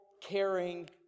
caring